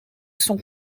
sont